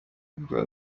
kwa